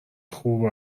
خوب